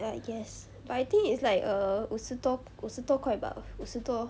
ya I guess but I think it's like err 五十多五十多块吧五十多